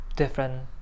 different